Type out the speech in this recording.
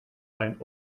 ein